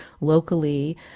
locally